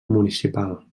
municipal